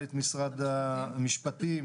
מנכ"לית משרד המשפטים,